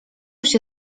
się